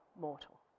mortal